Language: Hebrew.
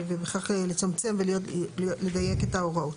ובכך לצמצם ולדייק את ההוראות.